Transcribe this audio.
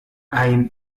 ein